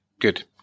Good